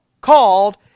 called